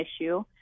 issue